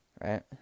Right